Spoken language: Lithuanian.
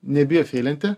nebijo feilinti